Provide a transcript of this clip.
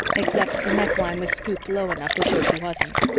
except the neckline was scooped low enough to show she wasn't.